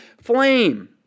flame